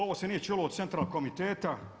Ovo se nije čulo od centralnog komiteta.